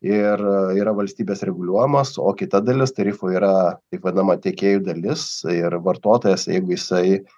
ir yra valstybės reguliuojamas o kita dalis tarifų yra taip vadinama tiekėjų dalis ir vartotojas jeigu jisai